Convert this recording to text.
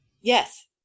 Yes